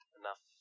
enough